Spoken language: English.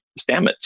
Stamets